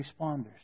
responders